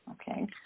Okay